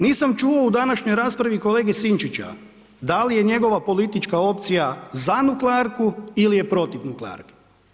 Nisam čuo u današnjoj raspravi kolege Sinčića da li je njegova politička opcija za nuklearku ili je protiv nuklearke.